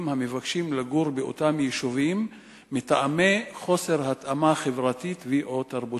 המבקשים לגור באותם יישובים מטעמי חוסר התאמה חברתית ו/או תרבותית.